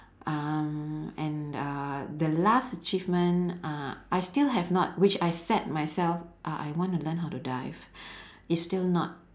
um and uh the last achievement uh I still have not which I set myself uh I want to learn how to dive it's still not